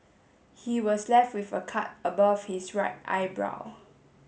he was left with a cut above his right eyebrow